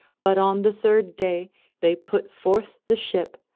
but on the third day they put forth the ship,